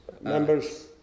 Members